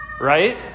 Right